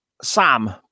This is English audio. Sam